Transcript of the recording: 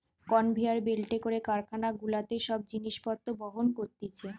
conveyor বেল্টে করে কারখানা গুলাতে সব জিনিস পত্র বহন করতিছে